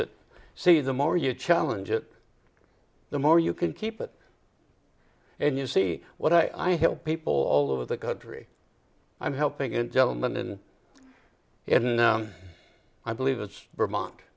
it see the more you challenge it the more you can keep it and you see what i help people all over the country i'm helping in gentleman and in the i believe it's vermont